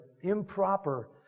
improper